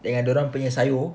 dengan dorang punya sayur